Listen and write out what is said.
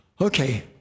Okay